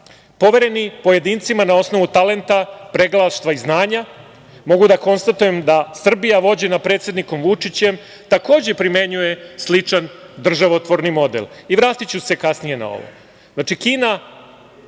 povereni pojedincima na osnovu talenta, pregalaštva i znanja. Mogu da konstatujem da Srbija vođena predsednikom Vučićem takođe primenjuje sličan državotvoran model. Vratiću se kasnije na ovo. Znači, Kina